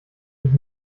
dich